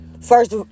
first